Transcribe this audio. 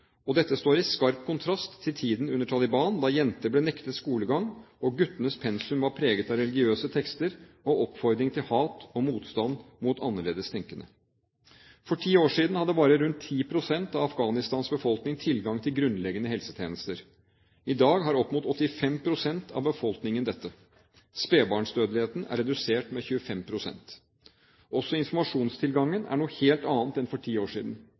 og dette står i skarp kontrast til tiden under Taliban, da jenter ble nektet skolegang og guttenes pensum var preget av religiøse tekster og oppfordring til hat og motstand mot annerledes tenkende. For ti år siden hadde bare rundt 10 pst. av Afghanistans befolkning tilgang til grunnleggende helsetjenester. I dag har opp mot 85 pst. av befolkningen dette. Spedbarnsdødeligheten er redusert med 25 pst. Også informasjonstilgangen er noe helt annet enn for ti år siden.